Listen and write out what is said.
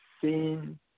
Seen